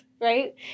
right